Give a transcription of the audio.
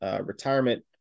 retirement